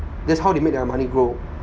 that's how they make their money grow